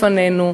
לפנינו.